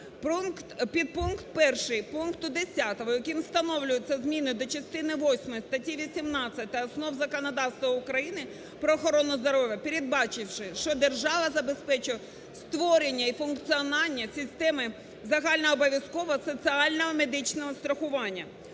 Підпункт 1 пункту 10, яким встановлюються зміни до частини восьмої статті 18 основ законодавства України про охорону здоров'я, передбачивши, що держава забезпечує створення і функціонування системи загальнообов'язкового соціального медичного страхування.